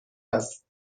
است